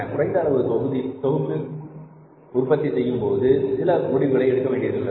குறைந்த அளவு தொகுப்பில் உற்பத்தி செய்யும்போது சில முடிவுகளை எடுக்க வேண்டியுள்ளது